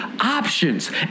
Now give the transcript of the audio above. Options